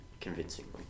convincingly